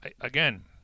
again